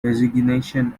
resignation